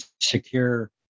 secure